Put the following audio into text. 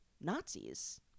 nazis